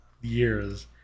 years